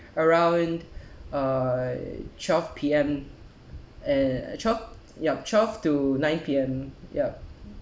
around uh twelve P_M and twelve yup twelve to nine PM ya